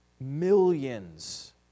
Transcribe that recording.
millions